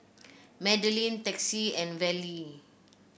Madlyn Texie and Vallie